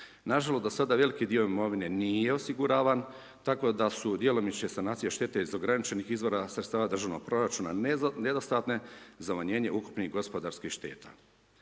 Nažalost, do sada veliki dio imovine, nije osiguravan, tako da su djelomične sanacije štete iz ograničenih izvora državnih proračuna, nedostatne, za umanjenje ukupnih gospodarskih šteta.